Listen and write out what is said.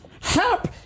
Help